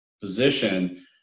position